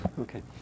Okay